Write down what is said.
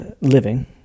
living